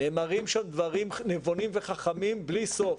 נאמרים שם דברים נבונים וחכמים בלי סוף.